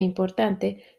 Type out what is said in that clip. importante